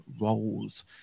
roles